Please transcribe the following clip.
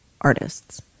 artists